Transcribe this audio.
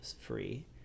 free